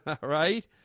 Right